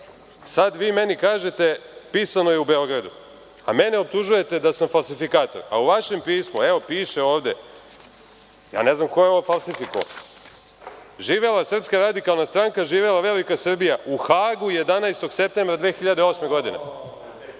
Sad vi meni kažete – pisano je u Beogradu, a mene optužujete sa sam falsifikator. Pa, u vašem pismu, evo piše ovde, ne znam ko je ovo falsifikovao – živela SRS, živela velika Srbija. U Hagu 11. septembra 2008. godine.